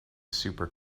super